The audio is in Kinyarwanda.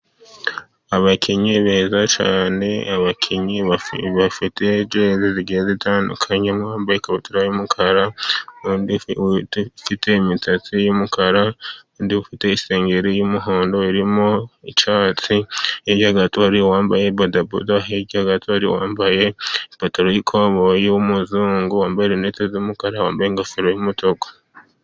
Abakinnyi beza cyane, abakinnyi bafite jezi zitandukanye, umwe wambaye ikabutura y'umukara n'undi ufite imisatsi y'umukara, undi ufite isengeri y'umuhondo irimo icyatsi, hirya gato hari uwambaye bodaboda, hirya gato hari uwambaye ipataro y'ikoboyi w'umuzungu, wambaye rinete z'umukara, wambaye ingofero y'umutuku.